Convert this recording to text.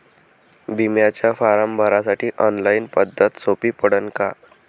बिम्याचा फारम भरासाठी ऑनलाईन पद्धत सोपी पडन का?